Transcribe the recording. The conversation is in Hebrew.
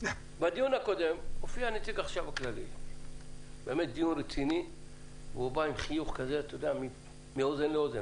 דיון באמת רציני הופיע נציג החשב הכללי והוא בא עם חיוך מאוזן לאוזן,